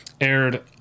aired